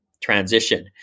transition